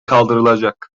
kaldırılacak